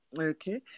Okay